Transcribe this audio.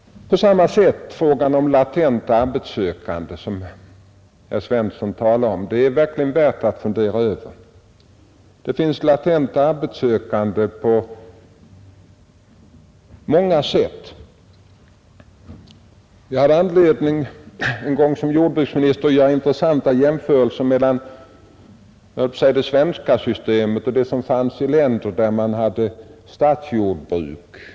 På samma sätt förhåller det sig med de latent arbetssökande som herr Svensson talar om. Det är en fråga som det verkligen är värt att fundera över. Det finns olika slag av latent arbetssökande. Jag hade en gång som jordbruksminister anledning att göra intressanta jämförelser mellan det system vi har i Sverige och det som finns i länder med statsjordbruk.